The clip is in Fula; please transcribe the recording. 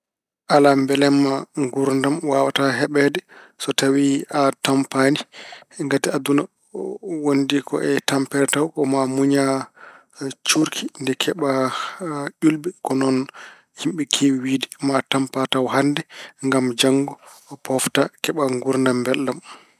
Alaa, mbelamma nguurdam waawataa heɓde so tawi a tampaani. Ngati aduna wonndi ko e tampere tawa. Ko ma muñaa cuurki nde keɓa ƴulɓe, ko noon yimɓe keewi wiyde. Ko maa tampa tawa hannde ngam janngo poofta, keɓa nguurdam mbelɗam.